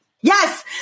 Yes